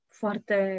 foarte